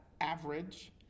average